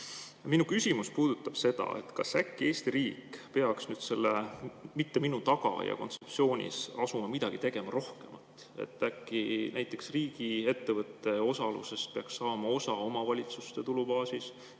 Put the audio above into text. Minu küsimus puudutab seda, kas äkki Eesti riik peaks selle mitte-minu-tagaaias-kontseptsiooniga asuma midagi rohkem tegema. Äkki näiteks riigiettevõtte osalusest peaks saama osa omavalitsuste tulubaasis,